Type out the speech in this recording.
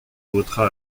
votre